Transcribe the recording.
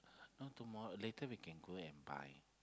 not tomorrow later we can go and buy